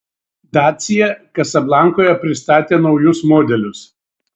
dacia kasablankoje pristatė naujus modelius